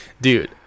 Dude